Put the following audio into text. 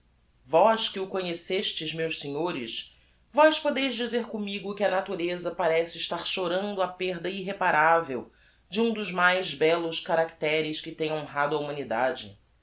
vós que o conhecestes meus senhores vós podeis dizer commigo que a natureza parece estar chorando a perda irreparavel de um dos mais bellos caracteres que tem honrado a humanidade